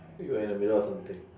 wait you were in the middle of something